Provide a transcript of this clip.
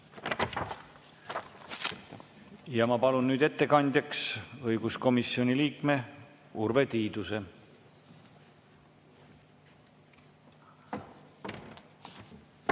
Ma palun nüüd ettekandjaks õiguskomisjoni liikme Urve Tiiduse.